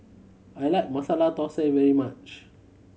I like Masala Thosai very much